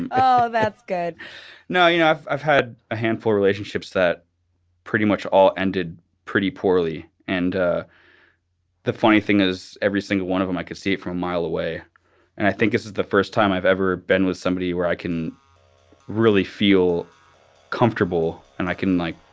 and ah that's good now, you know, i've i've had a handful relationships that pretty much all ended pretty poorly. and ah the funny thing is, every single one of them, i could see it from a mile away and i think this is the first time i've ever been with somebody where i can really feel comfortable and i can like,